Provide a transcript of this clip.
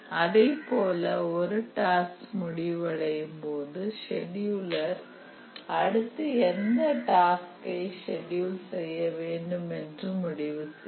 அதைப்போல ஒரு டாஸ்க் முடிவடையும்போது செடியுலர் அடுத்து எந்த டாஸ்கை ஷெட்யூல் செய்யவேண்டுமென்று முடிவு செய்யும்